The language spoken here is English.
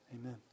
amen